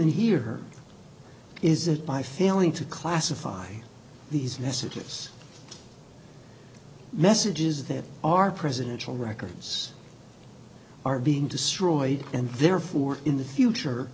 en here is that by failing to classify these messages messages that our presidential records are being destroyed and therefore in the future